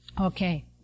Okay